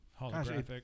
holographic